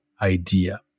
idea